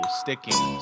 sticking